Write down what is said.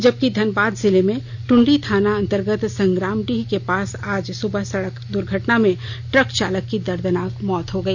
जबकि धनबाद जिले में ट्रंडी थाना अंतर्गत संग्रामडीह के पास आज सुबह सड़क दुर्घटना में ट्रक चालक की दर्दनाक मौत हो गई